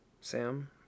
Sam